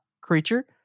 creature